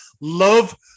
love